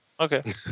Okay